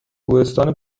کوهستان